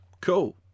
Cool